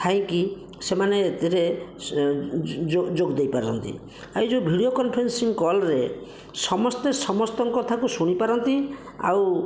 ଥାଇକି ସେମାନେ ଏଥିରେ ଯୋଗ ଦେଇ ପାରିଥାନ୍ତି ଆଉ ଏହି ଯେଉଁ ଭିଡ଼ିଓ କନଫରେନ୍ସିଂ କଲ୍ରେ ସମସ୍ତେ ସମସ୍ତଙ୍କ କଥାକୁ ଶୁଣିପାରନ୍ତି ଆଉ